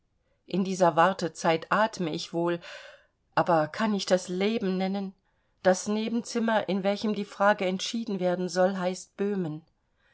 in dieser wartezeit atme ich wohl aber kann ich das leben nennen das nebenzimmer in welchem die frage entschieden werden soll heißt böhmen